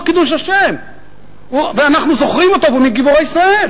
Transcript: קידוש השם ואנחנו זוכרים אותו והוא מגיבורי ישראל.